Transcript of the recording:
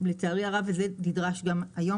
ולצערי הרב, זה נדרש גם היום.